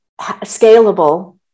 scalable